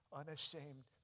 unashamed